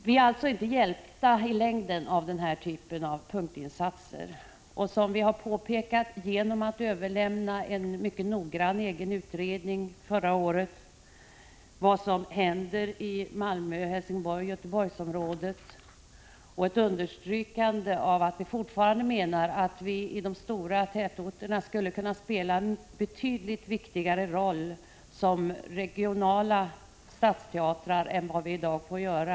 Vi är alltså i längden inte hjälpta av punktinsatser. Vi överlämnade förra året en mycket noggrann egen utredning om vad som händer i Malmö-, Helsingborgsoch Göteborgsområdet. Vi underströk där att vi i de stora tätorterna skulle kunna spela en betydligt viktigare roll som regionala stadsteatrar än vad vi i dag får göra.